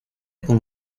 con